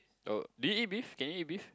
oh do you eat beef can you eat beef